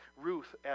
Ruth